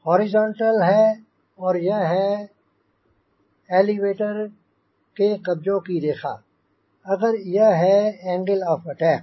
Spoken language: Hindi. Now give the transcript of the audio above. हॉरिजॉन्टल है और यह है एलीवेटर के कब्जों की रेखा अगर यह है एंगल ऑफ अटैक